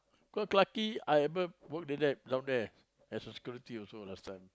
cause Clarke-Quay I ever work the lab down as a security also last time